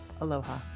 Aloha